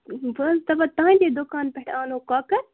بہٕ ٲسٕس دَپان تَہنٛدی دُکان پٮ۪ٹھ آنو کۄکَر